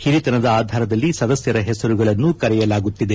ಹಿರಿತನದ ಆಧಾರದಲ್ಲಿ ಸದಸ್ಯರ ಹೆಸರುಗಳನ್ನು ಕರೆಯಲಾಗುತ್ತಿದೆ